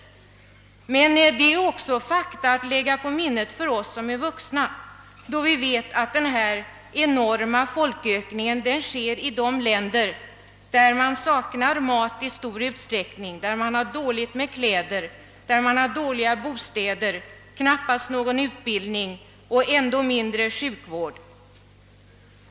Men det är också fakta att lägga på minnet för oss som är vuxna, då vi vet att denna enorma folkökning sker i länder där man i stor utsträckning saknar mat, där man har dåligt med kläder, där man har dåliga bostäder, knappast någon utbildning och ännu mindre sjukvård.